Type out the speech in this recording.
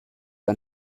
ein